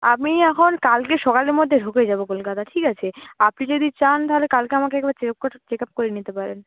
আমি এখন কালকে সকালের মধ্যে ঢুকে যাবো কলকাতা ঠিক আছে আপনি যদি চান তাহলে কালকে আমাকে একবার চেক চেক আপ করিয়ে নিতে পারেন